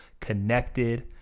connected